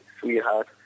sweetheart